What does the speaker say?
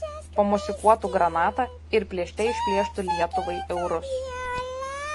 pamosikuotų granata ir plėšte išplėštų lietuvai eurus